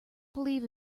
believe